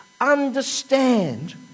understand